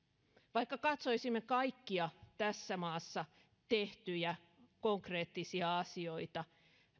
vaikka katsoisimme kaikkia tässä maassa tehtyjä konkreettisia asioita